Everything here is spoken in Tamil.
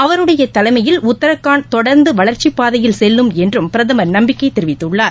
அவருடைய தலைமையில் உத்தராகண்ட் தொடர்ந்து வளர்ச்சி பாதையில் செல்லும் என்றும் பிரதமர் நம்பிக்கை தெரிவித்துள்ளார்